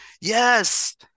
yes